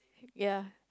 ya